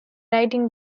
writing